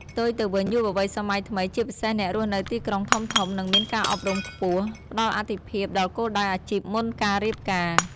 ផ្ទុយទៅវិញ យុវវ័យសម័យថ្មី ជាពិសេសអ្នករស់នៅទីក្រុងធំៗ និងមានការអប់រំខ្ពស់ ផ្ដល់អាទិភាពដល់គោលដៅអាជីពមុនការរៀបការ។